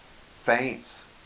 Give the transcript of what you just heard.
faints